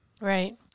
Right